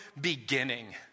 beginning